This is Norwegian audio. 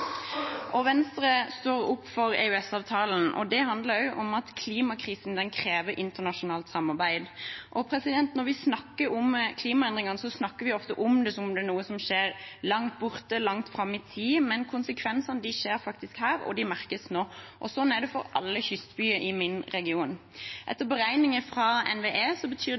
Venstre står opp for EØS-avtalen, og det handler også om at klimakrisen krever internasjonalt samarbeid. Når vi snakker om klimaendringene, snakker vi ofte om det som om det er noe som skjer langt borte eller langt fram i tid, men konsekvensene skjer faktisk her og merkes nå, og sånn er det for alle kystbyer i min region. Etter beregninger fra NVE betyr det